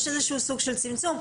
יש איזשהו סוג של צמצום.